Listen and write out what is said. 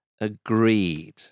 agreed